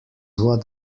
what